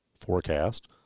forecast